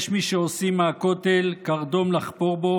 יש מי שעושים מהכותל קרדום לחפור בו